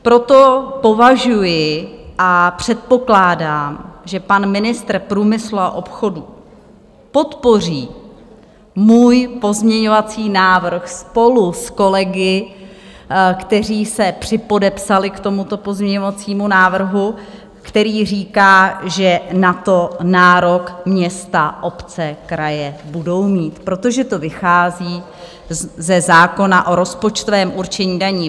Proto považuji a předpokládám, že pan ministr průmyslu a obchodu podpoří můj pozměňovací návrh spolu s kolegy, kteří se připodepsali k tomuto pozměňovacímu návrhu, který říká, že na to nárok města, obce a kraje budou mít, protože to vychází ze zákona o rozpočtovém určení daní.